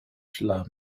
flammes